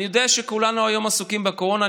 אני יודע שכולנו היום עסוקים בקורונה,